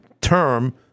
term